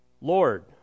Lord